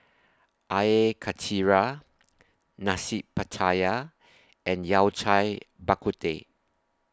Air Karthira Nasi Pattaya and Yao Cai Bak Kut Teh